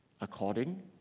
according